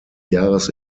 jahres